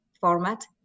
format